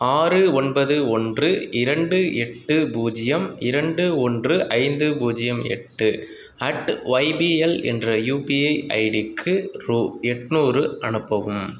ஆறு ஒன்பது ஒன்று இரண்டு எட்டு பூஜ்ஜியம் இரண்டு ஒன்று ஐந்து பூஜ்ஜியம் எட்டு அட் ஓய்பிஎல் என்ற யூபிஐ ஐடிக்கு ரூபா எட்நூறு அனுப்பவும்